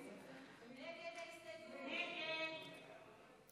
עתיד-תל"ם לתוספת לא נתקבלה.